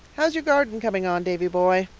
how is your garden coming on, davy-boy?